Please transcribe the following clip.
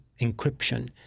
encryption